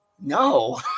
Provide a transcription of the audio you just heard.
No